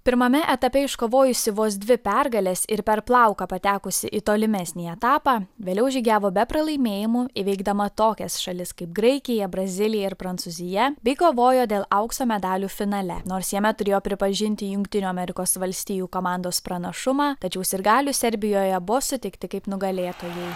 pirmame etape iškovojusi vos dvi pergales ir per plauką patekusi į tolimesnį etapą vėliau žygiavo be pralaimėjimų įveikdama tokias šalis kaip graikija brazilija ir prancūzija bei kovojo dėl aukso medalių finale nors jame turėjo pripažinti jungtinių amerikos valstijų komandos pranašumą tačiau sirgalių serbijoje buvo sutikti kaip nugalėtojai